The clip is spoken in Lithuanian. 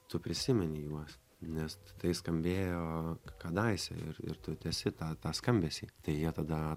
tu prisimeni juos nes tai skambėjo kadaise ir ir tu tęsi tą tą skambesį tai jie tada